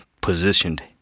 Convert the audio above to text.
positioned